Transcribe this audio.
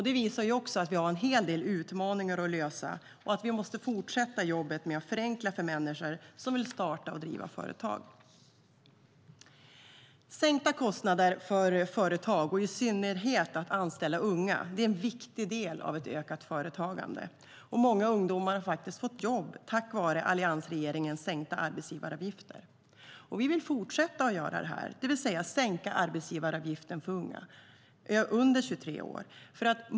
Det visar att vi har en del utmaningar att lösa och att vi måste fortsätta arbetet med att förenkla för alla människor som vill starta och driva företag. Vi vill fortsätta med detta, det vill säga att sänka arbetsgivaravgiften för unga under 23 år.